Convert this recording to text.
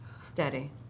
Steady